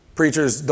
preachers